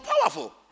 powerful